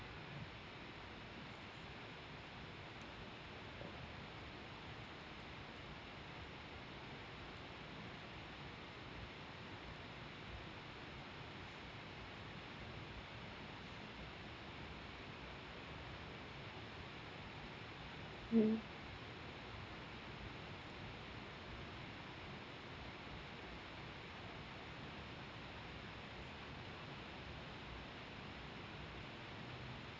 mm